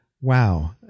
wow